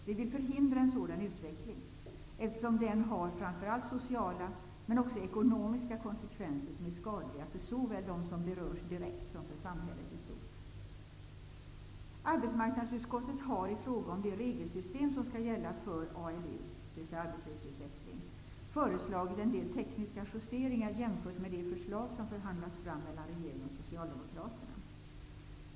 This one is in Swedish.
Vi vill förhindra en sådan utveckling, eftersom den har framför allt sociala men också ekonomiska konsekvenser som är skadliga såväl för dem som berörs direkt som för samhället i stort. Arbetsmarknadsutskottet har i fråga om det regelsystem som skall gälla för ALU föreslagit en del tekniska justeringar jämfört med det förslag som förhandlats fram mellan regeringen och Socialdemokraterna.